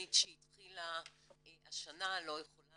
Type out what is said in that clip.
שתכנית שהתחילה השנה לא יכולה